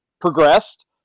progressed